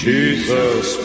Jesus